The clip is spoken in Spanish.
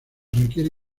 requiere